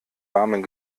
warmen